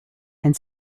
and